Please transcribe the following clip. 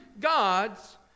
God's